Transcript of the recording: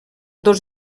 dos